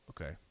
Okay